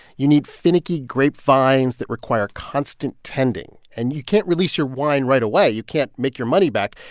you need finicky grape vines that require constant tending. and you can't release your wine right away. you can't make your money back.